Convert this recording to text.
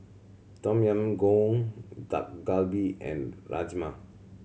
Tom Yam Goong Dak Galbi and Rajma